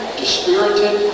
dispirited